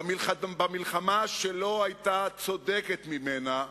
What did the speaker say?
המלחמה שלא היתה צודקת ממנה,